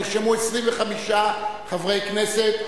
נרשמו 25 חברי כנסת.